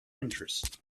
interest